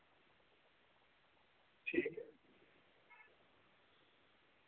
ठीक ऐ